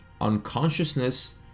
unconsciousness